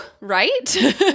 right